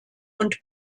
und